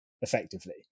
effectively